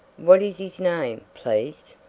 what is his name, please?